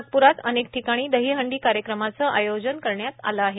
नागपूरात आणि अनेक ठिकाणी दहीहांडी कार्यक्रमांचं आयोजन करण्यात आलं आहे